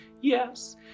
Yes